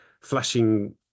flashing